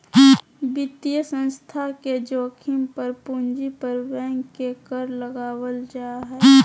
वित्तीय संस्थान के जोखिम पर पूंजी पर बैंक के कर लगावल जा हय